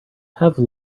have